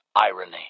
irony